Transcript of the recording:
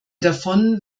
davon